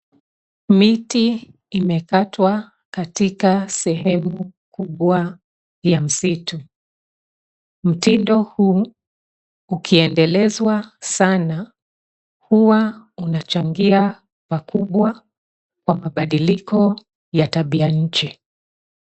Miti imekatwa katika sehemu kubwa ya msitu, mtindo huu ukiendelezwa sana huwa unachangia pakubwa kwa madiliko ya tabia nchi.